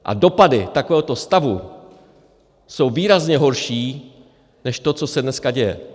A dopady takového stavu jsou výrazně horší než to, co se dneska děje.